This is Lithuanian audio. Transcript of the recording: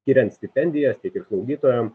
skiriant stipendijas tiek ir slaugytojam